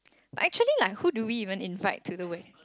but actually like who do we invite to the wedding